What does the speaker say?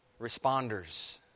responders